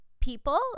people